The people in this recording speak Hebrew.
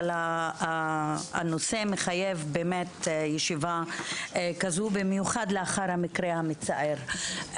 אבל הנושא מחייב באמת ישיבה כזו במיוחד לאחר המקרה המצער.